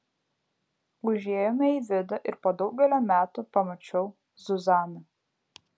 užėjome į vidų ir po daugelio metų pamačiau zuzaną